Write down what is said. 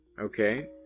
Okay